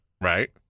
right